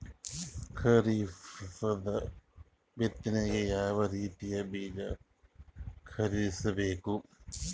ಖರೀಪದ ಬಿತ್ತನೆಗೆ ಯಾವ್ ರೀತಿಯ ಬೀಜ ಖರೀದಿಸ ಬೇಕು?